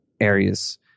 areas